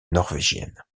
norvégienne